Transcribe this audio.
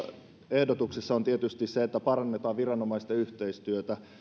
ehdotuksessa on tietysti se että parannetaan viranomaisten yhteistyötä